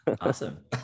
awesome